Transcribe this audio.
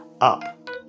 up